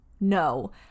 no